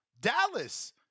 Dallas